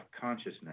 consciousness